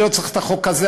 אני לא צריך את החוק הזה,